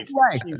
right